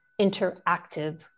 interactive